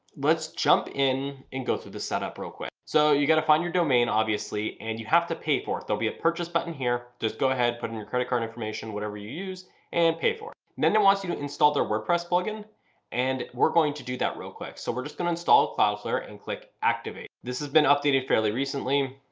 let's jump in and go through the setup real quick. so you got to find your domain obviously and you have to pay for it there'll be a purchase button here just go ahead put in your credit card information whatever you use and pay for then it wants you to install their wordpress plugin and we're going to do that real quick. so we're just going to install cloudflare and click activate. this has been updated fairly recently.